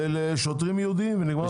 לשוטרים ייעודיים ונגמר הסיפור.